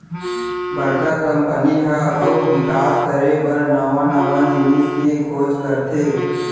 बड़का कंपनी ह अउ बिकास करे बर नवा नवा जिनिस के खोज करथे